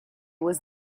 was